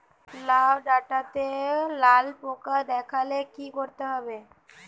লাউ ডাটাতে লাল পোকা দেখালে কি করতে হবে?